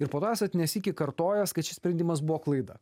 ir po to esat ne sykį kartojęs kad šis sprendimas buvo klaida